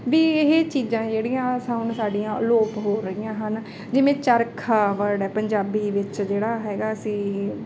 ਵੀ ਇਹ ਚੀਜ਼ਾਂ ਜਿਹੜੀਆਂ ਸਨ ਸਾਡੀਆਂ ਅਲੋਪ ਹੋ ਰਹੀਆਂ ਹਨ ਜਿਵੇਂ ਚਰਖਾ ਵਰਡ ਹੈ ਪੰਜਾਬੀ ਵਿੱਚ ਜਿਹੜਾ ਹੈਗਾ ਸੀ